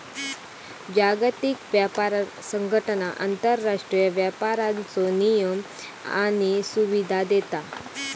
जागतिक व्यापार संघटना आंतरराष्ट्रीय व्यापाराचो नियमन आणि सुविधा देता